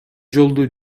жолду